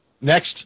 Next